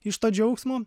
iš to džiaugsmo